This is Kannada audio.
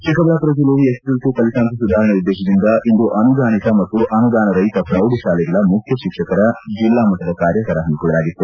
ಚಿಕ್ಕಬಳ್ಳಾಮರ ಜಿಲ್ಲೆಯಲ್ಲಿ ಎಸ್ಎಸ್ಎಲ್ಸಿ ಫಲಿತಾಂಶ ಸುಧಾರಣೆ ಉದ್ದೇಶದಿಂದ ಇಂದು ಅನುದಾನಿತ ಮತ್ತು ಅನುದಾನ ರಹಿತ ಪ್ರೌಢಶಾಲೆಗಳ ಮುಖ್ಯ ಶಿಕ್ಷಕರ ಜಿಲ್ಲಾಮಟ್ಟದ ಕಾರ್ಯಾಗಾರ ಹಮ್ಮಿಕೊಳ್ಳಲಾಗಿತ್ತು